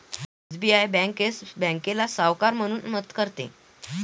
SBI bank Yes बँकेला सावकार म्हणून मदत करते